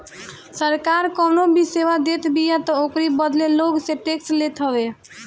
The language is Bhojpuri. सरकार कवनो भी सेवा देतबिया तअ ओकरी बदले लोग से टेक्स लेत हवे